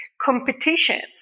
competitions